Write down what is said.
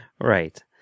Right